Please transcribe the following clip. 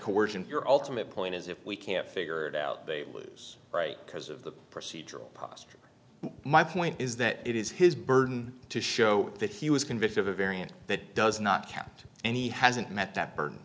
coercion your ultimate point is if we can't figure it out they lose right because of the procedural posture my point is that it is his burden to show that he was convicted of a variant that does not count and he hasn't met that bur